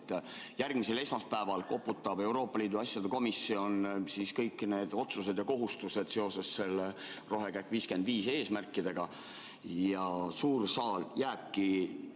Järgmisel esmaspäeval koputab Euroopa Liidu asjade komisjon ära kõik need otsused ja kohustused seoses selle rohekäkk‑55 eesmärkidega. Ja suur saal jääbki